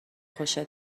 خوشت